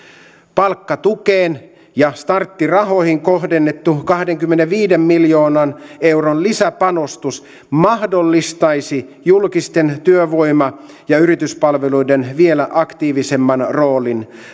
palkkatukeen ja starttirahoihin kohdennettu kahdenkymmenenviiden miljoonan euron lisäpanostus mahdollistaisi julkisten työvoima ja yrityspalveluiden vielä aktiivisemman roolin